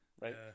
Right